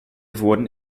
wurden